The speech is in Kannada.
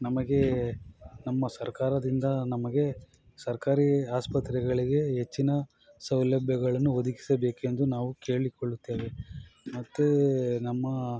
ನಮಗೆ ನಮ್ಮ ಸರ್ಕಾರದಿಂದ ನಮಗೆ ಸರ್ಕಾರಿ ಆಸ್ಪತ್ರೆಗಳಿಗೆ ಹೆಚ್ಚಿನ ಸೌಲಭ್ಯಗಳನ್ನು ಒದಗಿಸಬೇಕೆಂದು ನಾವು ಕೇಳಿಕೊಳ್ಳುತ್ತೇವೆ ಮತ್ತು ನಮ್ಮ